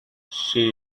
she